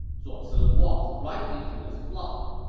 zuo ci walked right into this flock.